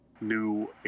new